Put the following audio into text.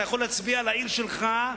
אתה יכול להצביע לעיר שלך,